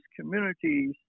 communities